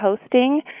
hosting